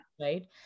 right